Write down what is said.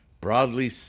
broadly